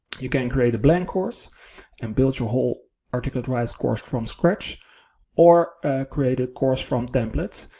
you can create a blank course and build your whole articulate rise course from scratch or create a course from templates.